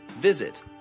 Visit